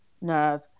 nerve